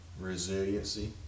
Resiliency